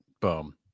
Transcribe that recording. boom